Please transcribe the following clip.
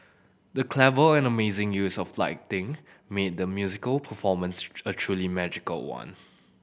the clever and amazing use of lighting made the musical performance a truly magical one